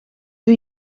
doe